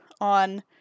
on